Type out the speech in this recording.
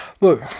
Look